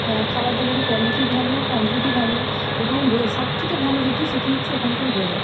খাবার দাবারের কোয়ালিটি ভালো কোয়ান্টিটি ভালো এবং যে সব থেকে ভালো যেটি সেটি হচ্ছে ওখানকার ওয়েদার